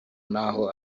n’aho